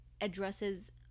addresses